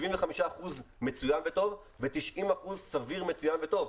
75% מצוין וטוב, ו-90% סביר מצוין וטוב.